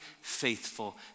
faithful